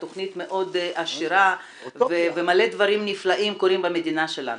התכנית מאוד עשירה ומלא דברים נפלאים קורים במדינה שלנו,